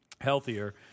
healthier